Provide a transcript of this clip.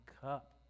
cup